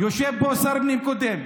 יושב פה שר פנים קודם.